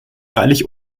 freilich